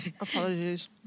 Apologies